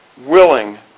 willing